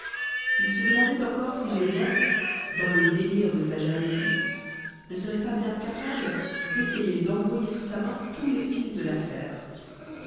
il se demandait encore si gévrol dans le délire de sa jalousie ne serait pas bien capable d'essayer d'embrouiller sous main tous les fils de l'affaire